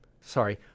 Sorry